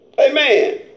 Amen